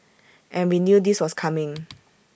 and we knew this was coming